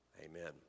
Amen